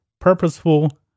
purposeful